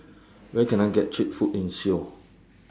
Where Can I get Cheap Food in Seoul